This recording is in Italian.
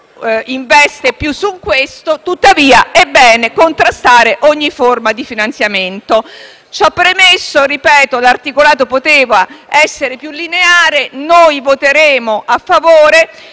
investe su di esse. In ogni caso, è bene contrastare ogni forma di finanziamento. Ciò premesso, l'articolato poteva essere più lineare. Noi voteremo a favore